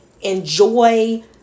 enjoy